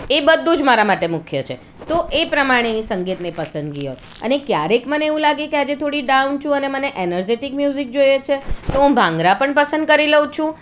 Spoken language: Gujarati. એ બધું જ મારા માટે મુખ્ય છે તો એ પ્રમાણેની સંગીતની પસંદગી હોય અને ક્યારેક મને એવું લાગે કે આજે થોડી ડાઉન છું અને મને એનર્જેટિક મ્યુઝિક જોઈએ છે તો હું ભાંગરા પણ પસંદ કરી લઉં છું